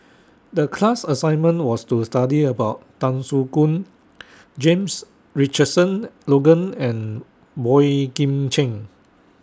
The class assignment was to study about Tan Soo Khoon James Richardson Logan and Boey Kim Cheng